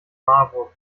marburg